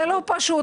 זה לא פשוט.